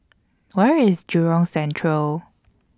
Where IS Jurong Central